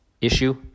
issue